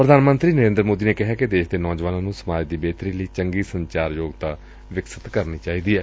ਪ੍ਰਧਾਨ ਮੰਤਰੀ ਨਰੇਂਦਰ ਮੋਦੀ ਨੇ ਕਿਹੈ ਕਿ ਦੇਸ਼ ਦੇ ਨੌਜਵਾਨਾਂ ਨੂੰ ਸਮਾਜ ਦੀ ਬਿਹਤਰੀ ਲਈ ਚੰਗੀ ਸੰਚਾਰ ਯੋਗਤਾ ਵਿਕਸਿਤ ਕਰਨੀ ਚਾਹੀਦੀ ਏ